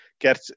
get